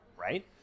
right